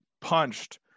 punched